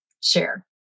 share